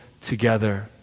together